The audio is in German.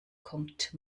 kommt